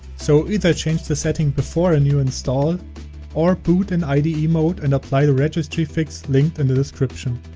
so either change the setting before a new install or boot in ide mode and apply the registry fix linked in the description.